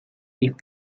with